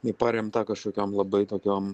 ji paremta kažkokiom labai tokiom